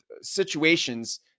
situations